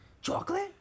Chocolate